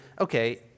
okay